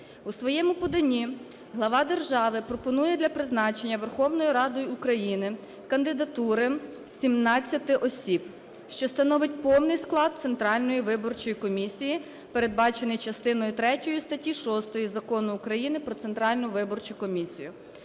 У своєму поданні глава держави пропонує для призначення Верховною Радою України кандидатури 17 осіб, що становить повний склад Центральної виборчої комісії, передбачений частиною третьою статті 6 Закону України "Про Центральну виборчу комісію".